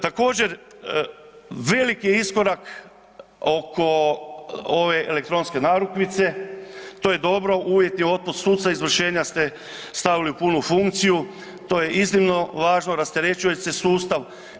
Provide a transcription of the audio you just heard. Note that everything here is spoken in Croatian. Također, veliki je iskorak oko ove elektronske narukvice, to je dobro, uvjetni otpust suca, izvršenja ste stavili u punu funkciju, to je iznimno važno, rasterećuje se sustav.